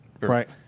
Right